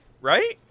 Right